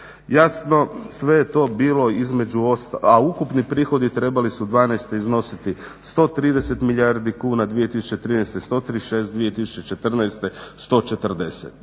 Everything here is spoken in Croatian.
Jasno sve je to bilo između ostalog, a ukupni prihodi trebali su '12. iznositi 130 milijardi kuna, 2013. 136, 2014. 140.